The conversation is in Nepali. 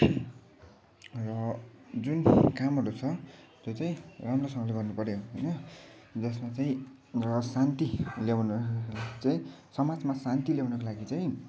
र जुन कामहरू छ त्यो चाहिँ राम्रोसँग ले गर्नु पर्यो होइन जसमा चाहिँ र शान्ति ल्याउन चाहिँ समाजमा शान्ति ल्याउनको लागि चाहिँ